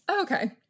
okay